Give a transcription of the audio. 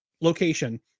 location